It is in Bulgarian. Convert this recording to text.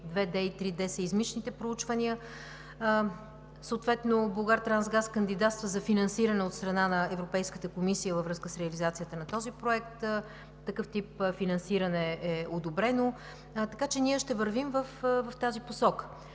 2D и 3D сеизмичните проучвания. Съответно „Булгартрансгаз“ кандидатства за финансиране от страна Европейската комисия във връзка с реализацията на този проект. Такъв тип финансиране е одобрено. Така че ние ще вървим в тази посока.